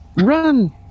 Run